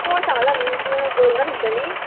इसवोण सांगला न्ही इसवोण बरोवना तेंच्यांनी